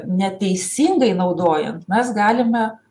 neteisingai naudojant mes galime